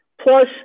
Plus